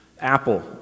Apple